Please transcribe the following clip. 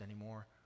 anymore